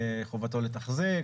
חובתו לתחזק.